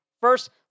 First